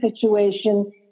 situation